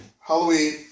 Halloween